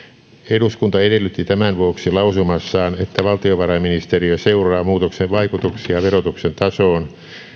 eduskunta edellytti tämän vuoksi lausumassaan että valtiovarainministeriö seuraa muutoksen vaikutuksia verotuksen tasoon